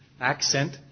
accent